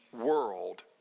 world